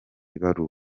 ibaruwa